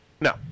No